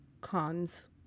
cons